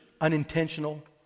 unintentional